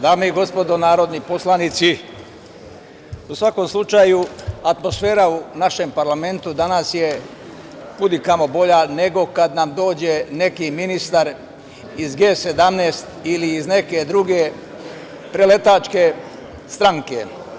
Dame i gospodo narodni poslanici, u svakom slučaju atmosfera u našem parlamentu danas je kudi kamo bolja nego kad nam dođe neki ministar iz G17 ili iz neke druge preletačke stranke.